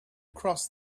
cross